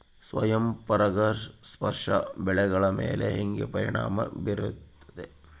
ಸ್ವಯಂ ಪರಾಗಸ್ಪರ್ಶ ಬೆಳೆಗಳ ಮೇಲೆ ಹೇಗೆ ಪರಿಣಾಮ ಬೇರುತ್ತದೆ?